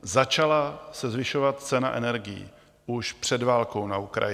Začala se zvyšovat cena energií už před válkou na Ukrajině.